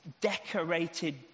decorated